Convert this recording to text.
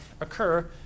occur